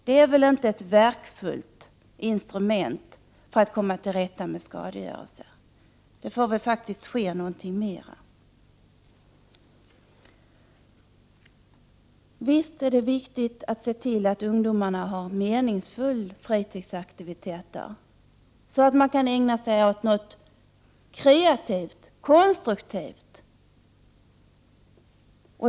Det är väl inget verkningsfullt instrument för att komma till rätta med skadegörelse. Det måste faktiskt ske någonting mer. Det är viktigt att se till att ungdomarna har meningsfulla fritidsaktiviteter, så att de kan ägna sig åt någonting kreativt och konstruktivt.